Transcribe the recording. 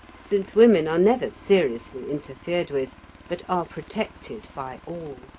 since women are never seriously interfered with but are protected by all.